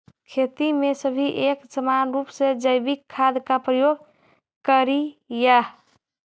खेती में सभी एक समान रूप से जैविक खाद का प्रयोग करियह